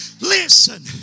Listen